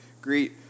Greet